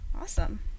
Awesome